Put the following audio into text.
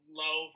low